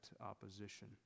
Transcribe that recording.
opposition